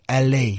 LA